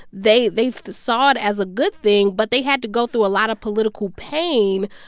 they they saw it as a good thing. but they had to go through a lot of political pain.